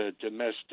domestic